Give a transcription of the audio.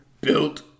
built